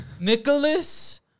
Nicholas